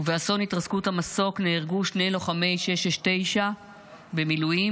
ובאסון התרסקות המסוק נהרגו שני לוחמי 669 במילואים,